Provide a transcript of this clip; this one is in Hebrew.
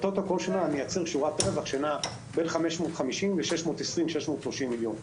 הטוטו בכל שנה מייצר שורת רווח שנעה בין 550 630 מיליון שקל.